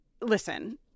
listen